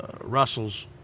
Russell's